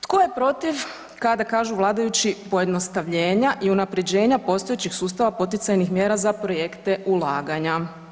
Tko je protiv kada kažu vladajući pojednostavljenja i unaprjeđenja postojećih sustava poticajnih mjera za projekte ulaganja.